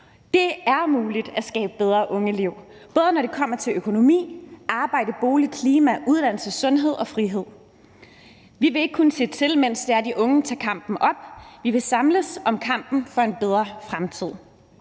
Det er muligt at skabe bedre ungeliv, både når det kommer til økonomi, arbejde, bolig, klima, uddannelse, sundhed og frihed. Vi vil ikke kun se til, mens de unge tager kampen op, vi vil samles om kampen for en bedre fremtid,